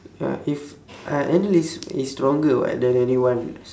uh if ah enel is is stronger [what] than anyone